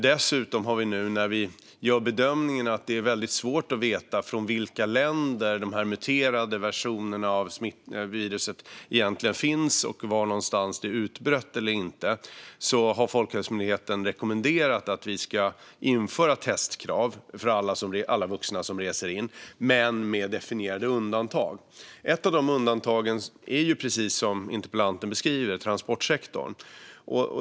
Dessutom har Folkhälsomyndigheten nu, när vi gör bedömningen att det är väldigt svårt att veta från vilka länder de muterade versionerna av viruset egentligen kommer och var någonstans detta är utbrett eller inte, rekommenderat att vi ska införa testkrav för alla vuxna som reser in, men med definierade undantag. Ett av dessa undantag är, precis som interpellanten beskriver, transportsektorn.